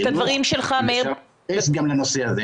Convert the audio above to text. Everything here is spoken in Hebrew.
אם אפשר להתייחס גם לנושא הזה.